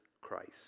Christ